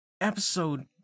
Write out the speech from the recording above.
episode